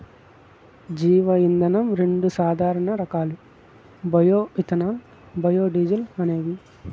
జీవ ఇంధనం రెండు సాధారణ రకాలు బయో ఇథనాల్, బయోడీజల్ అనేవి